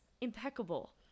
Impeccable